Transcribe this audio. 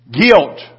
Guilt